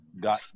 got